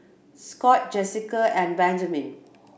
Scott Jessika and Benjamen